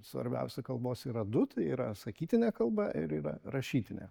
svarbiausi kalbos yra du tai yra sakytinė kalba ir yra rašytinė